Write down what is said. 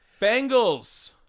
Bengals